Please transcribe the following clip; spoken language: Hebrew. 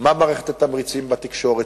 מה מערכת התמריצים בתקשורת?